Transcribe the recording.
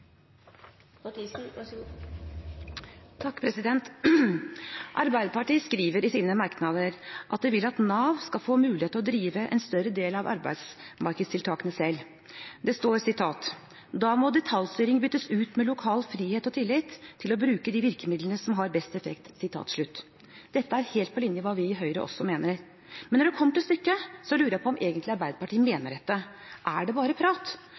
Arbeiderpartiet skriver i sine merknader at de vil at Nav skal få mulighet til å drive en større del av arbeidsmarkedstiltakene selv. Det står: «Da må detaljstyring byttes ut med lokal frihet og tillit til å bruke de virkemidlene som har best effekt.» Dette er helt på linje med hva vi i Høyre mener, men når det kommer til stykket, lurer jeg på om Arbeiderpartiet egentlig mener dette. Er det bare prat?